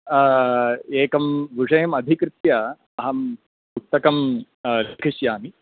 एकं विषयम् अधिकृत्य अहं पुस्तकं लिखिष्यामि